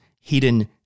hidden